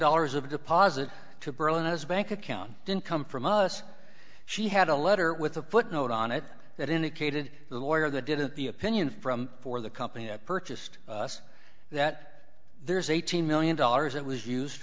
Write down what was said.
dollars of deposit to burrow in his bank account didn't come from us she had a letter with a footnote on it that indicated the lawyer that did it the opinion from for the company that purchased us that there's eighteen million dollars it was used